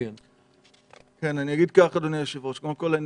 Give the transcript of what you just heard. קודם כול,